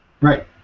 Right